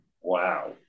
Wow